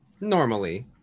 Normally